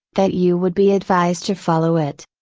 that you would be advised to follow it.